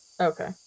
Okay